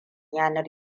yanar